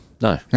No